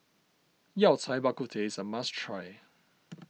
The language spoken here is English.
Yao Cai Bak Kut Teh is a must try